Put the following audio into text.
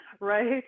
right